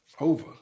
over